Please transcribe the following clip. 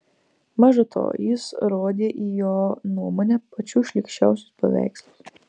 maža to jis rodė į jo nuomone pačius šlykščiausius paveikslus